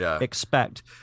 expect